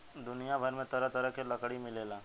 दुनिया भर में तरह तरह के लकड़ी मिलेला